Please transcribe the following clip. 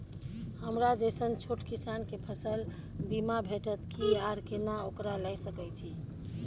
हमरा जैसन छोट किसान के फसल बीमा भेटत कि आर केना ओकरा लैय सकैय छि?